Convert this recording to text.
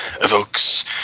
evokes